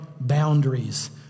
boundaries